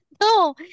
no